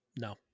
No